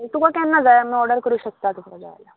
तुका केन्ना जाय आमी ऑर्डर करूं शकता तुमकां जाय जाल्यार